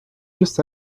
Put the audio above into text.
just